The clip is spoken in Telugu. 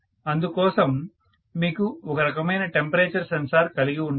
అందుకోసం మీరు ఒక రకమైన టెంపరేచర్ సెన్సార్ కలిగి ఉండాలి